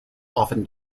often